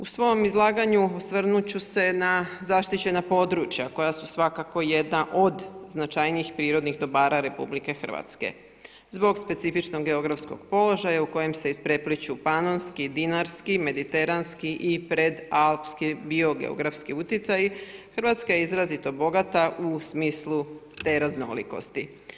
U svom izlaganju osvrnut ću se na zaštićena područja koja su svakako jedna od značajnijih prirodnih dobara RH zbog specifičnog geografskog položaja u kojem se isprepliću panonski, dinarski, mediteranski i pred alpski bio geografski utjecaj, Hrvatska je izrazito bogata u smislu te raznolikosti.